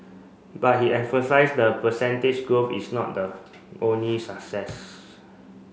but he emphasised the percentage growth is not the only success